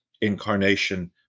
incarnation